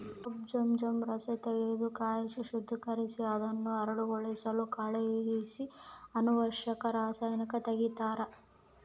ಕಬ್ಬು ಜಜ್ಜ ರಸತೆಗೆದು ಕಾಯಿಸಿ ಶುದ್ದೀಕರಿಸಿ ಅದನ್ನು ಹರಳುಗೊಳಿಸಲು ಕಳಿಹಿಸಿ ಅನಾವಶ್ಯಕ ರಸಾಯನ ತೆಗಿತಾರ